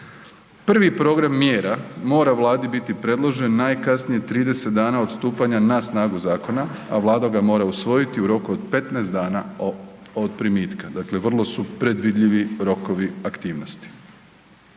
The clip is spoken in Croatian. Prvi program mjera mora vladi biti predložen najkasnije 30 dana od stupanja na snagu zakona, a vlada ga mora usvojiti u roku od 15 dana od primitka, dakle vrlo su predvidljivi rokovi aktivnosti.